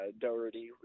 Doherty